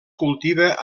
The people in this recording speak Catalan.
cultiva